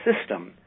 system